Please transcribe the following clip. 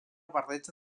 barreja